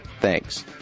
Thanks